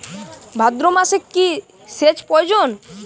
ভাদ্রমাসে কি সেচ প্রয়োজন?